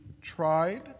tried